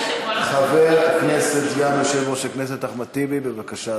חבר הכנסת סגן יושב-ראש הכנסת אחמד טיבי, בבקשה,